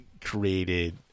created